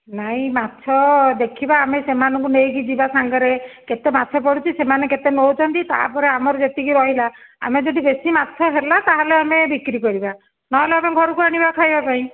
ନାଇ ମାଛ ଦେଖିବା ଆମେ ସେମାନଙ୍କୁ ନେଇକି ଯିବା ସାଙ୍ଗରେ କେତେ ମାଛ ପଡ଼ୁଛି ସେମାନେ କେତେ ନେଉଛନ୍ତି ତା ପରେ ଆମର ଯେତିକି ରହିଲା ଆମେ ଯଦି ବେଶୀ ମାଛ ହେଲା ତାହେଲେ ଆମେ ବିକ୍ରି କରିବା ନହେଲେ ଆମେ ଘରକୁ ଆଣିବା ଖାଇବା ପାଇଁ